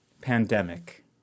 Pandemic